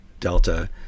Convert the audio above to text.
Delta